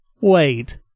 Wait